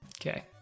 Okay